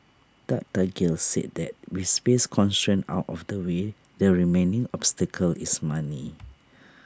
doctor gill said that with space constraints out of the way the remaining obstacle is money